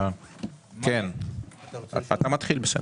אתחיל.